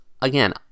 again